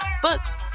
Books